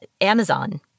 Amazon